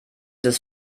des